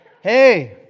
hey